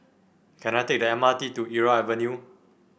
can I take the M R T to Irau Avenue